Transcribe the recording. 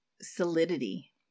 solidity